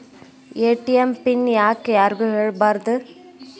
ATM PIN ಯಾಕ್ ಯಾರಿಗೂ ಹೇಳಬಾರದು?